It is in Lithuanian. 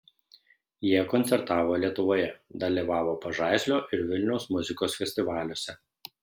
jie koncertavo lietuvoje dalyvavo pažaislio ir vilniaus muzikos festivaliuose